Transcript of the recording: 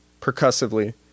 percussively